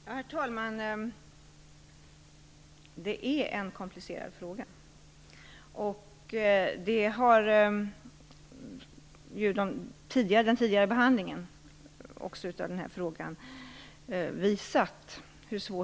Herr talman! Det här är en komplicerad fråga. Det har ju den tidigare behandlingen också visat.